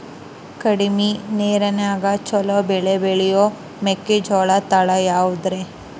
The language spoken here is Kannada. ಕಡಮಿ ನೇರಿನ್ಯಾಗಾ ಛಲೋ ಬೆಳಿ ಬೆಳಿಯೋ ಮೆಕ್ಕಿಜೋಳ ತಳಿ ಯಾವುದ್ರೇ?